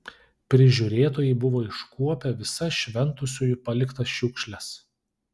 prižiūrėtojai buvo iškuopę visas šventusiųjų paliktas šiukšles